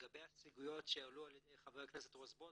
ולגבי ה- -- שהועלו על ידי חבר הכנסת רזבוזוב,